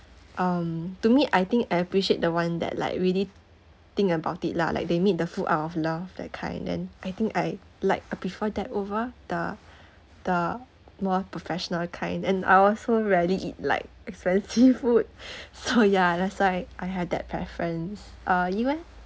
um to me I think I appreciate the one that like really think about it lah like they make the food out of love that kind then I think I like I prefer that over the the more professional kind and I also rarely eat like fancy food so that's why I had that preference uh you eh